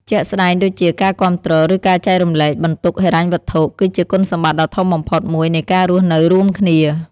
ជាក់ស្ដែងដូចជា ការគាំទ្រ ឬការចែករំលែកបន្ទុកហិរញ្ញវត្ថុ គឺជាគុណសម្បត្តិដ៏ធំបំផុតមួយនៃការរស់នៅរួមគ្នា។